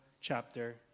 chapter